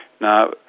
Now